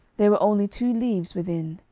there were only two leaves within,